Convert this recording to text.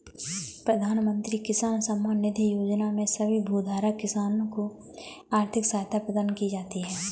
प्रधानमंत्री किसान सम्मान निधि योजना में सभी भूधारक किसान को आर्थिक सहायता प्रदान की जाती है